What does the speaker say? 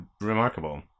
remarkable